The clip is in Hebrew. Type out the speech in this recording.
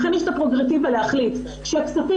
לכם יש את הפררוגטיבה להחליט שהכספים